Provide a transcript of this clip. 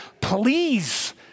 please